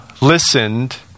listened